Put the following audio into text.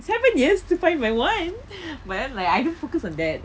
seven years to find my one but then like I don't focus on that